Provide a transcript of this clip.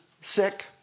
sick